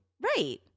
right